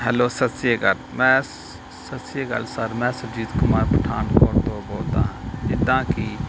hello ਸਤਿ ਸ਼੍ਰੀ ਅਕਾਲ ਮੈਂ ਸਤਿ ਸ਼੍ਰੀ ਅਕਾਲ ਸਰ ਮੈਂ ਸੁਰਜੀਤ ਕੁਮਾਰ ਪਠਾਨਕੋਟ ਤੋਂ ਬੋਲਦਾ ਹਾਂ ਜਿੱਦਾਂ ਕਿ